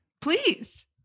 Please